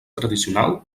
tradicional